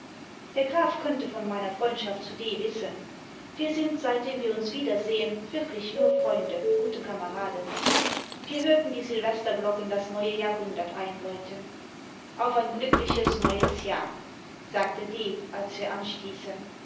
der graf könnte von meiner freundschaft zu d wissen wir sind seitdem wir uns wiedersehen wirklich nur freunde gute kameraden wir hörten die silvesterglocken das neue jahrhundert einläuten uf ein glückliches neues jahr sagte d als wir anstießen